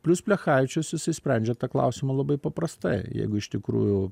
plius plechavičius jisai sprendžia tą klausimą labai paprastai jeigu iš tikrųjų